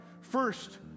First